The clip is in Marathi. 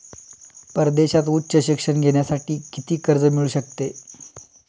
परदेशात उच्च शिक्षण घेण्यासाठी किती कर्ज मिळू शकते?